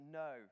no